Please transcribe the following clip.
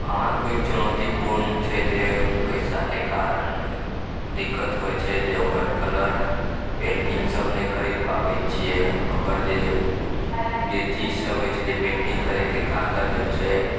हमरा कोई चुनौतीपुर्ण छै जे पैसाके कारण दिक्कत होइ छै जे ओकर कलर पेन्टिंगसभ नहि खरीद पाबैतछियै ओकर जे जे चीजसभ अछि जे पेन्टिंग करयके कागज होइत छै